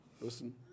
Listen